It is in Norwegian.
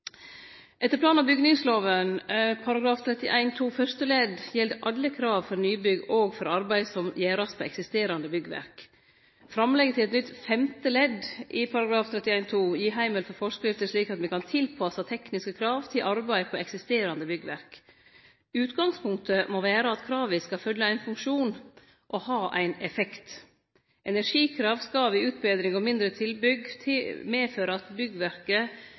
Etter plan- og bygningslova § 31-2 fyrste ledd gjeld alle krav for nybygg også for arbeid som må gjerast på eksisterande byggverk. Framlegget til eit nytt femte ledd i § 31-2 gir heimel for forskrifter, slik at me kan tilpasse tekniske krav til arbeid på eksisterande byggverk. Utgangspunktet må vere at krava skal fylle ein funksjon og ha ein effekt. Energikrav skal ved utbetring og mindre tilbygg medføre at byggverket